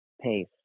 pace